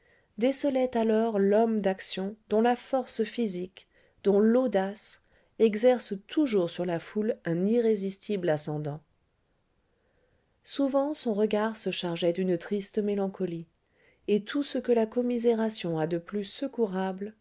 décelaient alors l'homme d'action dont la force physique dont l'audace exercent toujours sur la foule un irrésistible ascendant souvent son regard se chargeait d'une triste mélancolie et tout ce que la commisération a de plus secourable